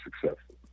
successful